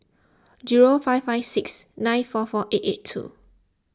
zero five five six nine four four eight eight two